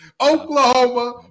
Oklahoma